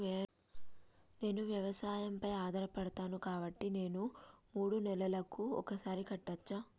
నేను వ్యవసాయం పై ఆధారపడతాను కాబట్టి నేను మూడు నెలలకు ఒక్కసారి కట్టచ్చా?